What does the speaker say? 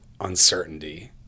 uncertainty